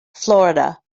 florida